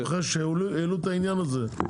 אני זוכר שהעלו את העניין הזה.